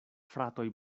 fratoj